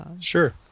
sure